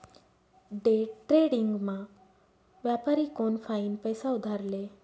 डेट्रेडिंगमा व्यापारी कोनफाईन पैसा उधार ले